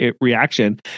reaction